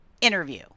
interview